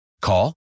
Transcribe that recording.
Call